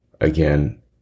again